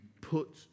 put